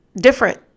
different